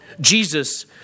Jesus